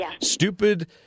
stupid